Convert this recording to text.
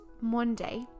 Monday